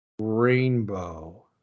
rainbow